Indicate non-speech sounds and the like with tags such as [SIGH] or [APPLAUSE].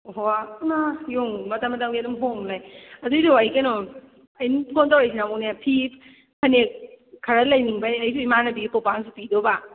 ꯑꯣꯍꯣ ꯏꯃꯥ [UNINTELLIGIBLE] ꯃꯇꯝ ꯃꯇꯝꯒꯤ ꯑꯗꯨꯝ ꯍꯣꯡꯅ ꯂꯩ ꯑꯗꯨꯏꯗꯣ ꯑꯩ ꯀꯩꯅꯣ ꯑꯩꯅ ꯐꯣꯟ ꯇꯧꯔꯛꯏꯁꯤꯅ ꯑꯃꯨꯛꯅꯦ ꯐꯤ ꯐꯅꯦꯛ ꯈꯔ ꯂꯩꯅꯤꯛꯕꯩ ꯑꯩꯁꯨ ꯏꯃꯥꯟꯅꯕꯤꯒꯤ ꯄꯣꯠꯄꯥꯡꯁꯨ ꯄꯤꯗꯣꯏꯕ